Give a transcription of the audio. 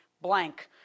blank